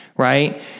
Right